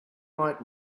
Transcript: might